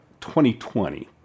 2020